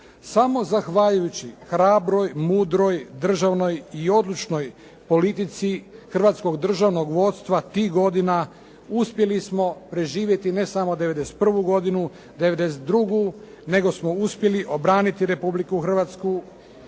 Samo zahvaljujući hrabroj, mudroj, državnoj i odlučnoj politici hrvatskog državnog vodstva tih godina uspjeli smo preživjeti ne samo '91. godinu, '92. nego smo uspjeli obraniti Republiku Hrvatsku